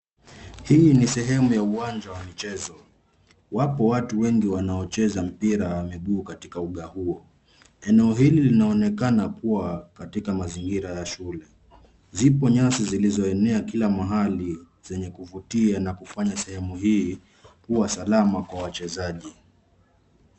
Hii ni sehemu ya uwanja wa michezo. Wapo watu wengi wanaocheza mpira wa miguu katika ua huo. Eneo hili linaonekana kuwa katika mazingira ya shule. Zipo nyasi zilizoenea kila mahali zenye kuvutia na kufanya sehemu hii kuwa salama kwa wachezaji.